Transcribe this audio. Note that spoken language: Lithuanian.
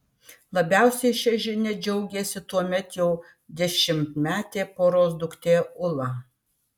labiausiai šia žinia džiaugėsi tuomet jau dešimtmetė poros duktė ula